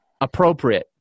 appropriate